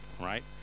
right